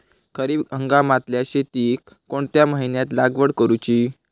खरीप हंगामातल्या शेतीक कोणत्या महिन्यात लागवड करूची?